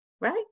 right